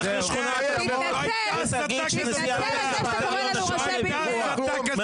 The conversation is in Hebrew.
לך לשכונת רמות ותגיד שנשיאת בית המשפט העליון אשמה בפיגוע.